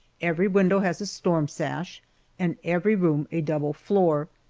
every window has a storm sash and every room a double floor,